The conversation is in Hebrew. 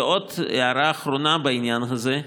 ועוד הערה אחרונה בעניין הזה,